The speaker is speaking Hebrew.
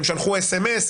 הם שלחו אס אם אס,